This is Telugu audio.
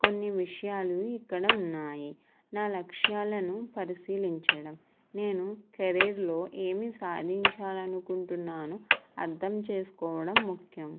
కొన్ని విషయాలు ఇక్కడ ఉన్నాయి నా లక్ష్యాలను పరిశీలించడం నేను కెరియర్లో ఏమి సాదించాలనుకుంటున్నానో అర్దం చేసుకోవడం ముఖ్యం